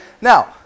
Now